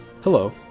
Hello